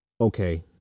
okay